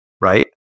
right